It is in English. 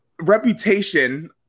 reputation